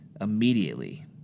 immediately